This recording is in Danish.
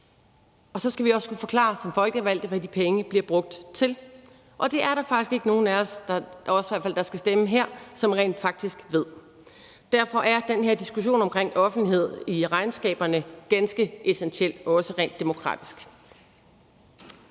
og så skal vi også kunne forklare som folkevalgte, hvad de penge bliver brugt til. Og det er der faktisk ikke nogen af os – i hvert fald ikke os, som skal stemme her – som rent faktisk ved. Derfor er den her diskussion omkring offentlighed i regnskaberne ganske essentiel, også rent demokratisk.